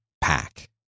pack